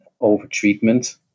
over-treatment